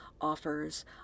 offers